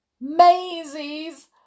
Maisie's